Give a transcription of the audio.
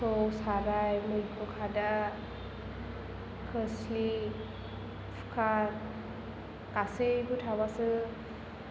थौ साराय मैगं खादा खोस्लि कुकार गासैबो थाबासो